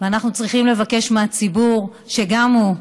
אנחנו צריכים לבקש מהציבור שגם הוא,